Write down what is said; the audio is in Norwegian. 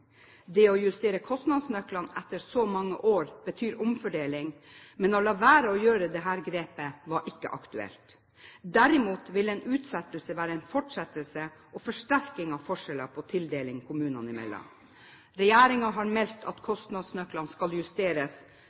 Det å justere kostnadsnøklene etter så mange år betyr omfordeling, men å la være å gjøre dette grepet var ikke aktuelt. Derimot ville en utsettelse være en fortsettelse og forsterkning av forskjeller på tildeling kommunene imellom. Regjeringen har meldt at kostnadsnøklene skal justeres